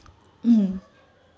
mm